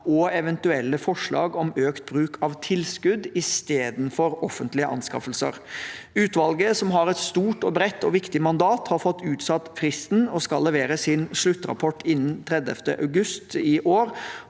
og eventuelle forslag om økt bruk av tilskudd i stedet for offentlige anskaffelser. Utvalget, som har et stort, bredt og viktig mandat, har fått utsatt fristen og skal levere sin sluttrapport innen 30. august i år.